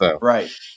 Right